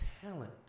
talent